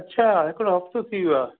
अच्छा हिकिड़ो हफ़्तो थी वियो आहे